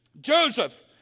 Joseph